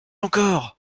encore